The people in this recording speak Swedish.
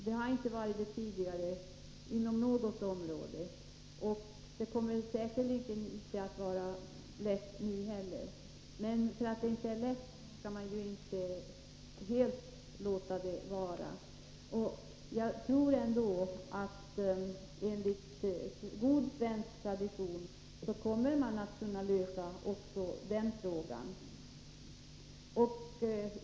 Det har inte varit det tidigare inom något område, och det kommer säkerligen inte att bli lätt nu heller. Men därför skall man väl inte låta det vara som förut. Jag tror att vi ändå, enligt god svensk tradition, kommer att lösa också det problemet.